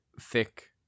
thick